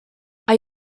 are